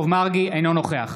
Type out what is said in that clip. אינו נוכח